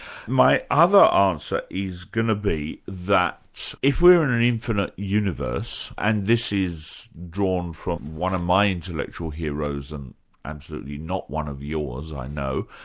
my other answer is going to be that if we're in an infinite universe and this is drawn from one of my intellectual heroes and absolutely not one of yours, i know,